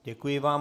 Děkuji vám.